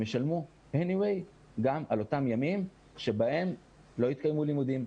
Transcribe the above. הם ישלמו בכל מקרה גם על אותם ימים בהם לא התקיימו לימודים,